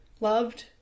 loved